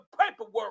paperwork